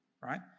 right